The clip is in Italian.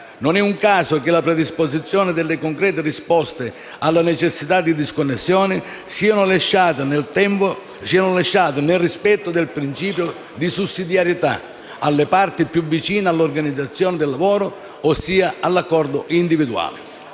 Non è un caso che la predisposizione delle concrete risposte alla necessità di disconnessione siano lasciate, nel rispetto del principio di sussidiarietà, alle parti più vicine all’organizzazione del lavoro, ossia all’accordo individuale.